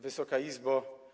Wysoka Izbo!